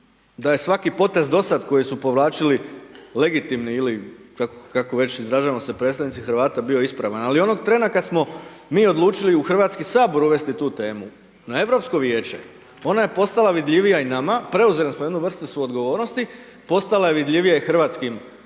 da je svaki potez dosad koji su povlačili legitimni ili kako već izražavam se, predstavnici Hrvata bio ispravan, ali onog trena kad smo mi odlučili u HS tu temu na Europsko vijeće, ona je postala vidljivija i nama, preuzeli smo jednu vrstu suodgovornosti, postala je vidljivija i hrvatskim, javnosti